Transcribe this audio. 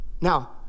Now